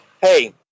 hey